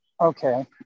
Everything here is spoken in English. okay